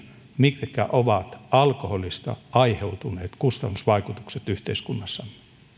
mitkä ovat alkoholista aiheutuneet kustannusvaikutukset yhteiskunnassamme